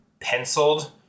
penciled